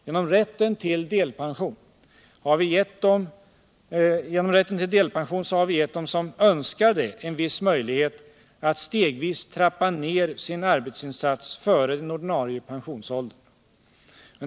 Genom rätten till delpension har vi gett dem som önskar det en viss möjlighet att stegvis trappa ner sin arbetsinsats före den ordinarie pensionsåldern.